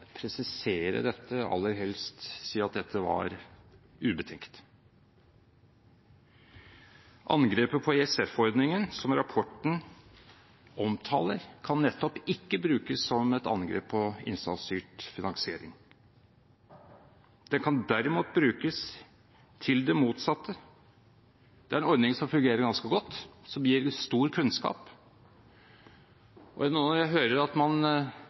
presisere dette eller aller helst si at det var ubetenkt. Angrepet på ISF-ordningen som rapporten omtaler, kan nettopp ikke brukes som et angrep på innsatsstyrt finansiering. Det kan derimot brukes til det motsatte. Det er en ordning som fungerer ganske godt, og som gir stor kunnskap. Og når jeg hører at man